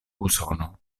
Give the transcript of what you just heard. usono